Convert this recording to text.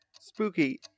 Spooky